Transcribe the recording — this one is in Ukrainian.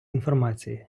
інформації